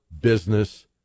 business